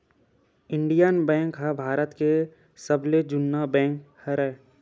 Indian Bank ह भारत के सबले जुन्ना बेंक हरय